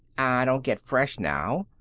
aw, don't get fresh now!